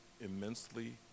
immensely